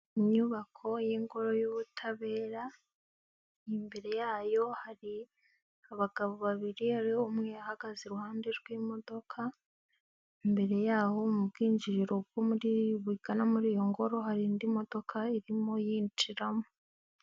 Inyubako y'ingoro y'ubutabera, imbere yayo hari abagabo babiri, hari umwe ahagaze iruhande rw'imodoka. Imbere yaho mu bwinjiriro bundi, bugana muri iyo ngoro hari indi modoka irimo yinjiramo.